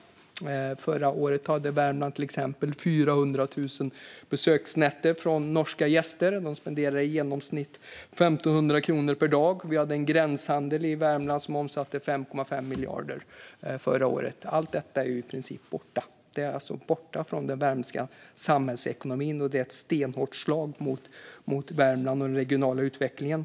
Förrförra året hade Värmland 400 000 besöksnätter från norska gäster. De spenderade i genomsnitt 1 500 kronor per dag. Gränshandeln i Värmland omsatte 5,5 miljarder förrförra året. Allt detta är i princip borta. Det är borta från den värmländska samhällsekonomin, och det är ett stenhårt slag mot Värmland och den regionala utvecklingen.